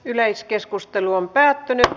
yleiskeskustelu päättyi